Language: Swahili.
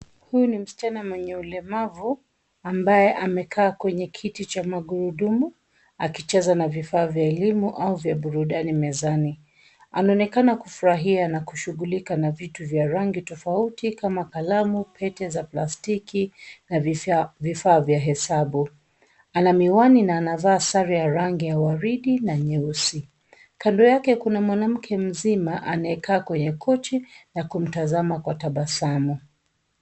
Huyu ni msichana mwenye ulemavu amabaye amekaa kwenye kiti cha magurudumu akicheza na vifaa vya elimu au vya burudani mezani. Anaonekana kufurahia na kushughulika na vitu vya rangi tofauti kama kalamu, pete za plastiki na vifaa vya hesabu, ana miwani na anavaa sare ya rangi ya waridi na nyeusi, kando yake kuna mwanamke mzima amekaa kwenye kochi na kumtazama kwa tabasamu.